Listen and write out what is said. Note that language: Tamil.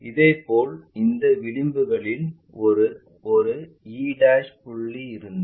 இதேபோல் இந்த விளிம்பில் ஒரு e புள்ளி இருந்தால்